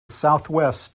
southwest